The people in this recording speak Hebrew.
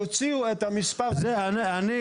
תוציאו את המספר --- לאה,